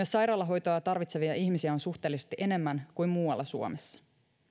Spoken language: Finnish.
sairaalahoitoa tarvitsevia ihmisiä on suhteellisesti enemmän kuin muualla suomessa